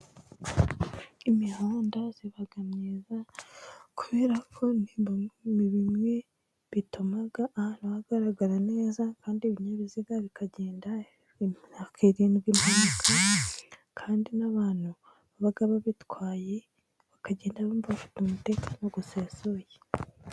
Imihanda iba myiza kubera ko mibiri bituma ahantu hagaragara neza, kandi ibinyabiziga bikagenda hakirindwa impanuka, kandi n'abantu baba babitwaye bakagenda bafite umutekano usesuye.